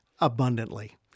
abundantly